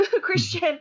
Christian